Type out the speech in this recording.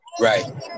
Right